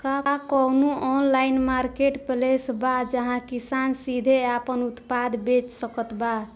का कउनों online marketplace बा जहां किसान सीधे आपन उत्पाद बेच सकत बा?